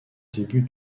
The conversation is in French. début